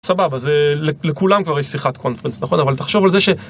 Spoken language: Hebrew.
סבבה זה לכולם כבר יש שיחת קונפרנס נכון אבל תחשוב על זה ש...